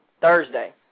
Thursday